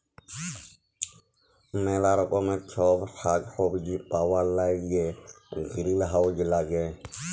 ম্যালা রকমের ছব সাগ্ সবজি পাউয়ার ল্যাইগে গিরিলহাউজ ল্যাগে